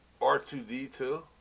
R2D2